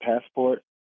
passport